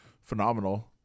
phenomenal